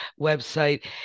website